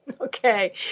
Okay